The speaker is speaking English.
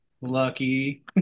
Lucky